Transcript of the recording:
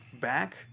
back